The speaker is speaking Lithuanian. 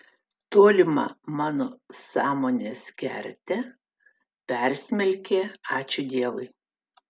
tolimą mano sąmonės kertę persmelkė ačiū dievui